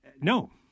No